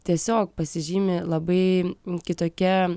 tiesiog pasižymi labai kitokia